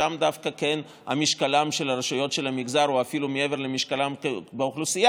שם דווקא משקלן של הרשויות של המגזר הוא אפילו מעבר למשקלן באוכלוסייה,